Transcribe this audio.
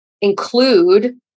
include